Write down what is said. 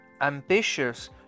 ambitious